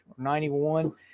91